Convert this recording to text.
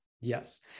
yes